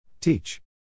Teach